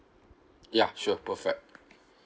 ya sure perfect